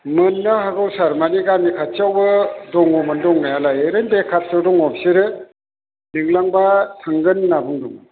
मोननो हागौ सार माने गामि खाथियावबो दङमोन दंनायालाय ओरैनो बेखारसो दङ बिसोरो लेंलांबा थांगोन होनना बुंदों